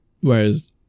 whereas